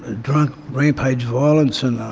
ah drunk rampage violence, and